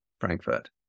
Frankfurt